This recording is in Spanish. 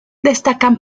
destacan